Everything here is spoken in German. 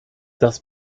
das